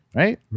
right